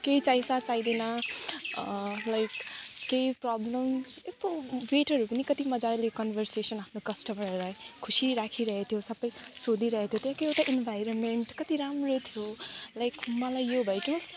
केही चाहिन्छ चाहिँदैन लाइक केही प्रब्लम यस्तो वेटरहरू पनि कति मजाले कन्भरसेसन आफ्नो कस्टमरहरूलाई खुसी राखिरहेथ्यो सबै सोधिरहेथ्यो त्यहाँको एउटा इन्भारोमेन्ट कति राम्रो थियो लाइक मलाई यो भयो कि